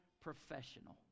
professional